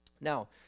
Now